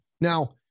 Now